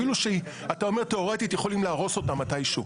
אפילו שאתה אומר שבתיאורטית יכולים להרוס אותה מתישהו.